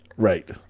Right